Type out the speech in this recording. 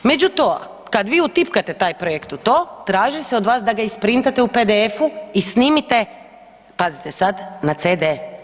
Međutim kada vi utipkate taj projekt u to traži se od vas da ga isprintate u pdf-u i snimite, pazite sad, na CD.